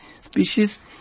species